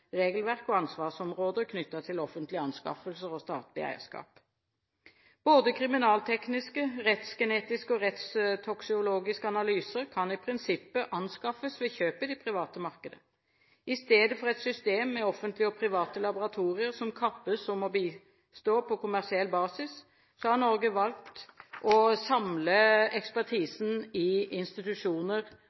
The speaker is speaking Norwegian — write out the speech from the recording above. regelverk og ansvarsområder knyttet til offentlige anskaffelser og statlige eierskap. Både kriminaltekniske, rettsgenetiske og rettstoksikologiske analyser kan i prinsippet anskaffes ved kjøp i det private markedet. I stedet for et system med offentlige og private laboratorier som kappes om å bistå på kommersiell basis, har Norge valgt å samle ekspertisen i institusjoner,